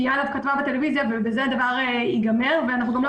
תהיה עליו כתבה בטלוויזיה ובזה הדבר ייגמר ואנחנו גם לא